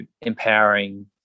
empowering